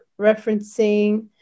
referencing